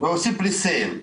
ועושים pre sale.